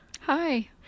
Hi